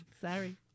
sorry